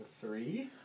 Three